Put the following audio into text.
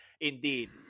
indeed